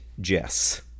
Jess